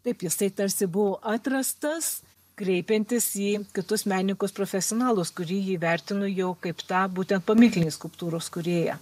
taip jisai tarsi buvo atrastas kreipiantis į kitus menininkus profesionalus kurie jį vertino jau kaip tą būtent paminklinės skulptūros kūrėją